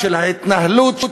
של ההתנהלות,